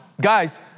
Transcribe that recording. guys